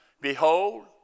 Behold